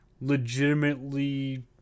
Legitimately